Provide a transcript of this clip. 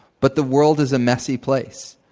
but the world is a messy place.